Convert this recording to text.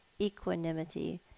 equanimity